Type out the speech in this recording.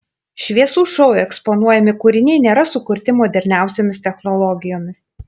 šviesų šou eksponuojami kūriniai nėra sukurti moderniausiomis technologijomis